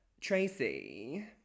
Tracy